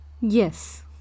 Yes